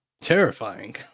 terrifying